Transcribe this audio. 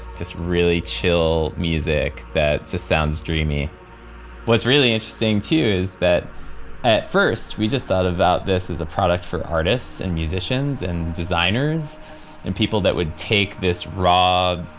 just really chill music that just sounds dreamy what's really interesting too is that at first we just thought about this as a product for artists and musicians and designers and people that would take this raw,